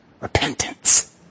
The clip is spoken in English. repentance